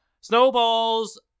Snowballs